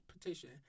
petition